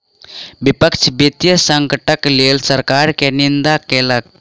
विपक्ष वित्तीय संकटक लेल सरकार के निंदा केलक